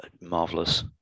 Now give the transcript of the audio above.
marvelous